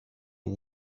and